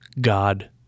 God